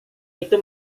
itu